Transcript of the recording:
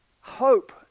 hope